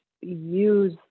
use